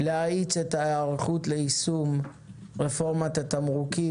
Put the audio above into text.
להאיץ את ההיערכות ליישום רפורמת התמרוקים